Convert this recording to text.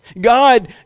God